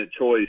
choice